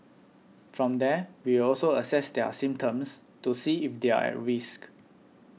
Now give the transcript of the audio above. from there we'll also assess their symptoms to see if they're a risk